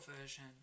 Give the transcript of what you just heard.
version